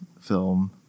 film